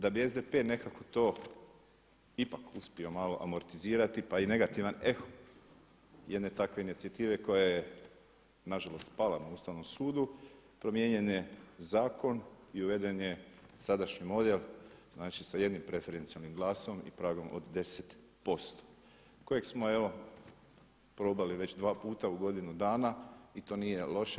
Da bi SDP nekako to ipak uspio malo amortizirati pa i negativan eho jedne takve inicijative koja je nažalost pala na Ustavnom sudu, promijenjen je zakon i uveden je sadašnji model sa jednim preferencijalnim glasom i pragom od 10%, kojeg smo evo probali već dva puta u godinu dana i to nije loše.